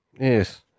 Yes